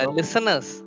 Listeners